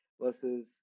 versus